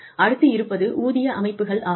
அடுத்து இருப்பது ஊதிய அமைப்புகள் ஆகும்